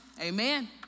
amen